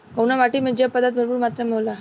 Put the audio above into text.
कउना माटी मे जैव पदार्थ भरपूर मात्रा में होला?